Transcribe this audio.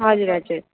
हजुर हजुर